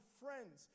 friends